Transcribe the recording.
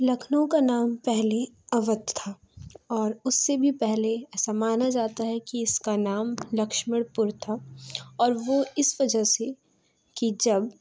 لکھنؤ کا نام پہلے اوّدھ تھا اور اُس سے بھی پہلے ایسا مانا جاتا ہے کہ اِس کا نام لکشمڑ پور تھا اور وہ اِس وجہ سے کہ جب